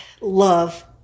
love